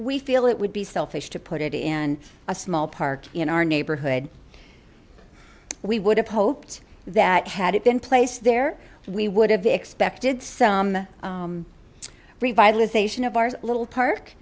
we feel it would be selfish to put it in a small park in our neighborhood we would have hoped that had it been placed there we would have expected some revitalization of our little park